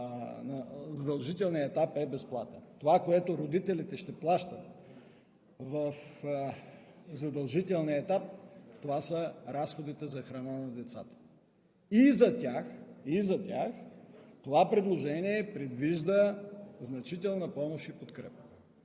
в задължителния етап е безплатно. Това, което родителите ще плащат в задължителния етап, са разходите за храна на децата. И за тях това предложение предвижда значителна помощ и подкрепа.